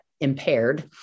impaired